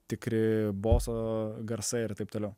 tikri boso garsai ir taip toliau